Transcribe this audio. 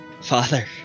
father